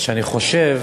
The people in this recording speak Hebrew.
שאני חושב